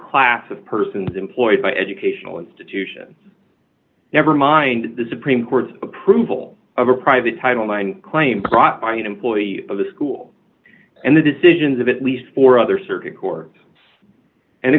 class of persons employed by educational institution never mind the supreme court's approval of a private titled i claim prop by an employee of the school and the decisions of at least four other circuit court and